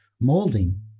molding